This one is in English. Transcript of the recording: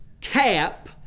cap